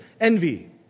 envy